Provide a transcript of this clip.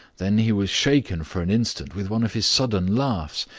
then he was shaken for an instant with one of his sudden laughs.